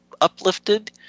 uplifted